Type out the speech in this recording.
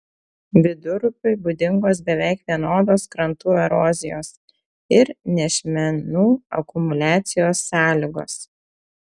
vidurupiui būdingos beveik vienodos krantų erozijos ir nešmenų akumuliacijos sąlygos